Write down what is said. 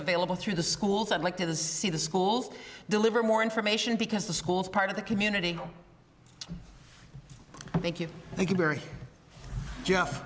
available through the schools i'd like to see the schools deliver more information because the schools part of the community thank you thank you very j